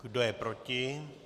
Kdo je proti?